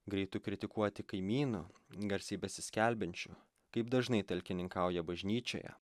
greitu kritikuoti kaimynu garsiai besiskelbiančiu kaip dažnai talkininkauja bažnyčioje